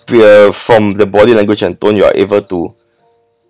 you have from the body language and tone you are able to